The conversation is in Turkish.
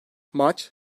maç